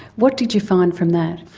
what did you find from that?